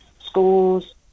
schools